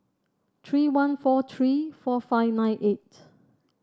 three one four three four five nine eight